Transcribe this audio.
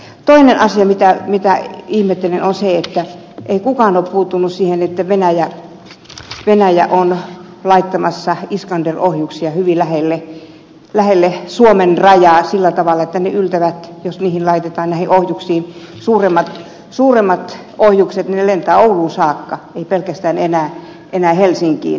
toinen asia mitä ihmettelen on se että kukaan ei ole puuttunut siihen että venäjä on laittamassa iskander ohjuksia hyvin lähelle suomen rajaa sillä tavalla että laitetaan suuremmat ohjukset niin että ne lentävät ouluun saakka eivät pelkästään enää helsinkiin